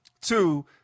Two